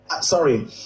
sorry